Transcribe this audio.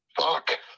fuck